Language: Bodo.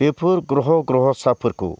बेफोर ग्रह' ग्रह'साफोरखौ